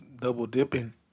double-dipping